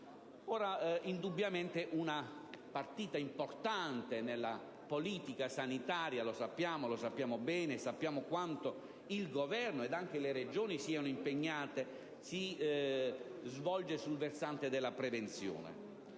Indubbiamente una partita importante nella politica sanitaria - lo sappiamo bene, sappiamo quanto il Governo ed anche le Regioni siano impegnate su questo fronte - si svolge sul versante della prevenzione.